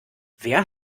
wer